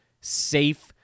safe